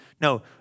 No